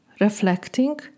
reflecting